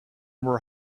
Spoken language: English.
were